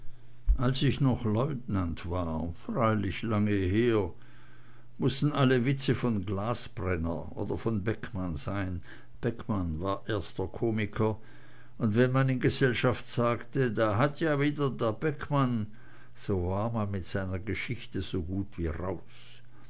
als ich noch leutnant war freilich lange her mußten alle witze von glaßbrenner oder von beckmann sein beckmann war erster komiker und wenn man in gesellschaft sagte da hat ja wieder der beckmann so war man mit seiner geschichte so gut wie raus